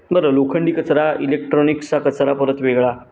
बरं लोखंडी कचरा इलेक्ट्रॉनिक्सचा कचरा परत वेगळा